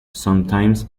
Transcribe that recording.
sometimes